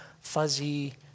fuzzy